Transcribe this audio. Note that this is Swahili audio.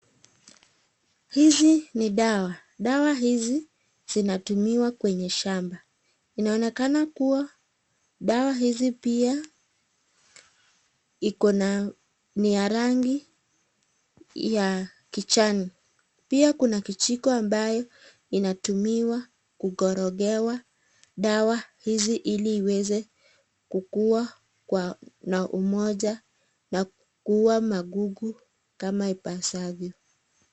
Hizi ni dawa. Dawa hizi zinatumiwa kwenye shamba. Inaonekana kuwa dawa hizi pia iko na ni ya rangi ya kijani. Pia kuna kijiko ambayo inatumiwa kukorogewa dawa hizi ili iweze kuwa na umoja na kuua magugu kama ipasavyo.